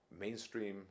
Mainstream